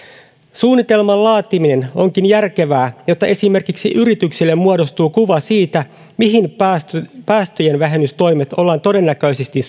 suunnitelman laatiminen onkin järkevää jotta esimerkiksi yrityksille muodostuu kuva siitä mihin päästövähennystoimet ollaan todennäköisesti